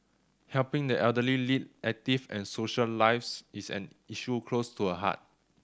helping the elderly lead active and social lives is an issue close to her heart